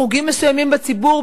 בחוגים מסוימים בציבור,